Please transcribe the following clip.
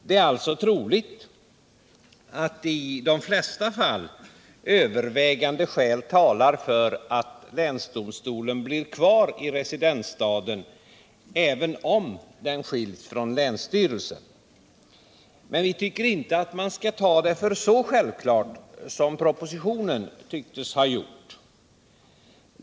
Det är alltså troligt att i de flesta fall övervägande skäl talar för att länsdomstolen blir kvar i residensstaden, även om den skiljs från länsstyrelsen. Men vi tycker inte att man skall anse att det är så självklart som de som skrivit propositionen tycks tro.